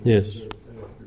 Yes